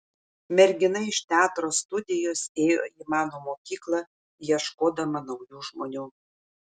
mergina iš teatro studijos ėjo į mano mokyklą ieškodama naujų žmonių